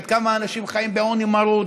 עד כמה אנשים חיים בעוני מרוד,